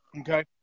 Okay